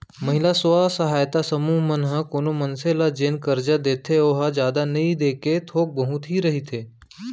महिला स्व सहायता समूह मन ह कोनो मनसे ल जेन करजा देथे ओहा जादा नइ देके थोक बहुत ही रहिथे